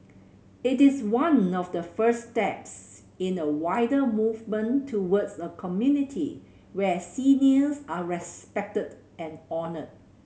it is one of the first steps in a wider movement towards a community where seniors are respected and honoured